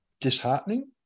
disheartening